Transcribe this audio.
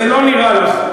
זה לא נראה לך.